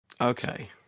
Okay